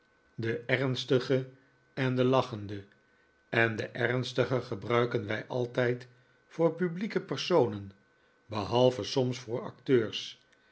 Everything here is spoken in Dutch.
de ernstige en de lachende en de ernstige gebruiken wij altijd voor publieke personen behalve soms voor acteurs